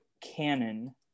canon